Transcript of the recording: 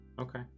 Okay